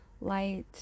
light